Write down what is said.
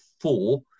four